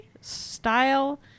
Style